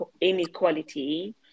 inequality